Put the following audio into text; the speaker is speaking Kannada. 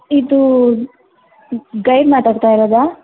ಇದು ಗೈಡ್ ಮಾತಾಡ್ತಾ ಇರೋದಾ